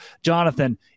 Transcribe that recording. Jonathan